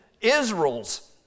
Israel's